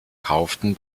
kaufen